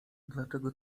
dlaczego